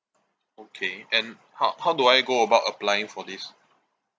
okay and how how do I go about applying for this